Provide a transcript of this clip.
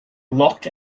locked